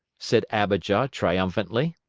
said abijah, triumphantly.